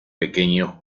pequeños